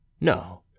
No